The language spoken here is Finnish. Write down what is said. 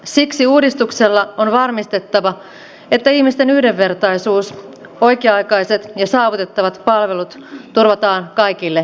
siksi uudistuksella on varmistettava että ihmisten yhdenvertaisuus oikea aikaiset ja saavutettavat palvelut turvataan kaikille kansalaisille